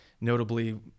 notably